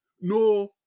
No